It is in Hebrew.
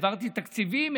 העברתי תקציבים,